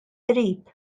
qrib